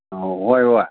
ꯑꯣ ꯍꯣꯏ ꯍꯣꯏ